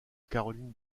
caroline